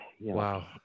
Wow